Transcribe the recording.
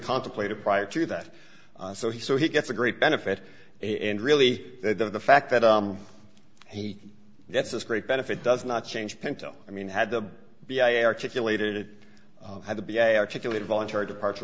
contemplated prior to that so he so he gets a great benefit and really the fact that he gets this great benefit does not change pinto i mean had to be i articulated it had to be i articulate voluntary departure